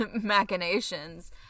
machinations